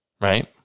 Right